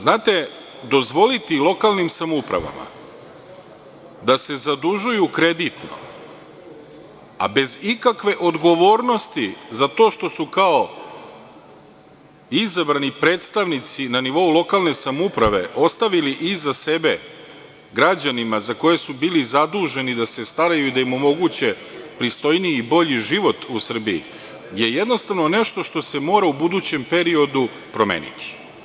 Znate, dozvoliti lokalnim samoupravama da se zadužuju kreditno, a bez ikakve odgovornosti za to što su kao izabrani predstavnici na nivou lokalne samouprave ostavili iza sebe građanima za koje su bili zaduženi da se staraju i da im omoguće pristojniji i bolji život u Srbiji je jednostavno nešto što se mora u budućem periodu promeniti.